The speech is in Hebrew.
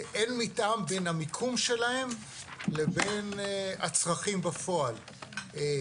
אין מתאם בין המיקום שלהם לבין הצרכים בפועל.